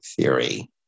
theory